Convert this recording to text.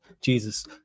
Jesus